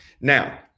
Now